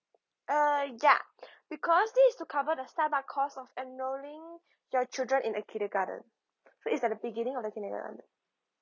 uh ya because thi~ is to cover the startup cost of enroling your children in a kindergarten so it's at the beginning of the kindergarten